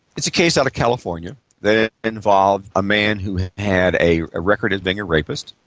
it's a case out of california that involved a man who had had a a record of being a rapist.